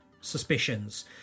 suspicions